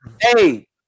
Hey